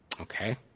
Okay